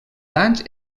danys